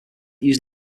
use